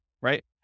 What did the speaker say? right